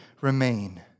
remain